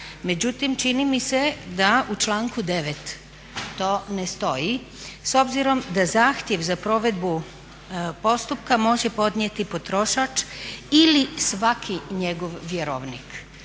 međutim čini mi se da u članku 9. to ne stoji s obzirom da zahtjev za provedbu postupka može podnijeti potrošač ili svaki njegov vjerovnik.